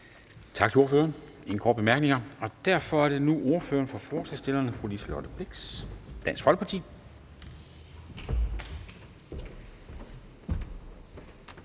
Tak til ordføreren. Der er ingen korte bemærkninger, og derfor er det nu ordføreren for forslagsstillerne, fru Liselott Blixt, Dansk Folkeparti.